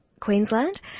Queensland